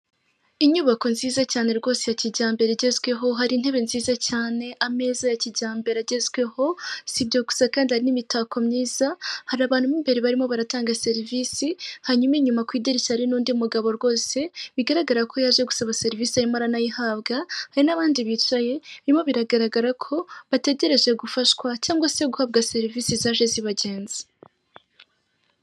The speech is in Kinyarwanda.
Inyubako nziza cyane rwose ya kijyambere igezweho, hari intebe nziza cyane ameza ya kijyambere agezweho, si ibyo gusa kandi n'imitako myiza, hari abantu mo imbere barimo baratanga serivisi, hanyuma inyuma ku idirishya hari n'undi mugabo rwose bigaragara ko yaje gusaba serivisi yarimo aranayihabwa, hari n'abandi bicaye birimo biragaragara ko bategereje gufashwa cyangwa se guhabwa serivisi zaje zibagenzi.